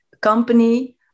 company